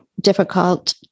difficult